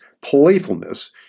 playfulness